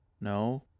No